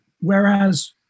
whereas